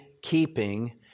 keeping